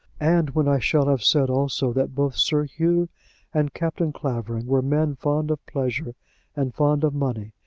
and when i shall have said also that both sir hugh and captain clavering were men fond of pleasure and fond of money,